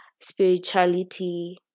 spirituality